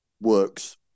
works